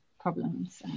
problems